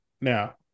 now